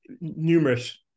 Numerous